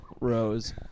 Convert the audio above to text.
rose